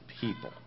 people